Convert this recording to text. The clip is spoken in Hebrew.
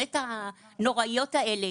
ההכללות הנוראיות האלה.